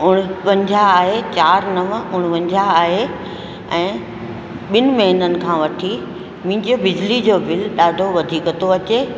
उणिवंजाह आहे चारि नव उणिवंजाह आहे ऐं ॿिनि महीननि खां वठी मुंहिंजो बिजली जो बिल ॾाढो वधीक थो अचे